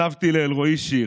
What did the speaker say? כתבתי לאלרואי שיר.